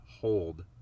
hold